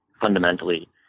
fundamentally